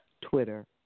Twitter